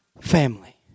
Family